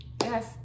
Yes